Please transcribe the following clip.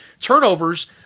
turnovers